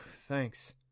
thanks